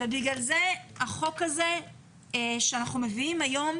לכן החוק הזה שאנחנו מביאים היום,